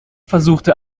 versuchte